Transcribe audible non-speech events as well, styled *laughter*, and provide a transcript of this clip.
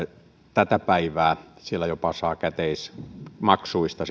tätä päivää siellä saa jopa käteismaksuista *unintelligible*